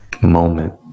moment